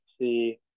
see